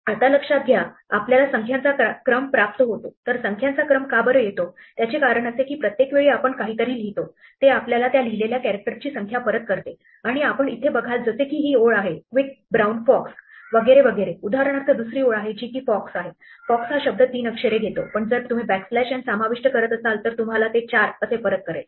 आता लक्षात घ्या आपल्याला संख्यांचा क्रम प्राप्त होतो तर संख्यांचा क्रम का बरं येतो त्याचे कारण असे की प्रत्येक वेळी आपण काहीतरी लिहितो ते आपल्याला त्या लिहिलेल्या कॅरेक्टर ची संख्या परत करते आणि आपण इथे बघाल जसे की ही ओळ आहे quick brown fox वगैरे वगैरे उदाहरणार्थ दुसरी ओळ आहे जी की fox आहे fox हा शब्द तीन अक्षरे घेतो पण जर तुम्ही बॅकस्लॅश n समाविष्ट करत असाल तर ते तुम्हाला 4 असे परत करेल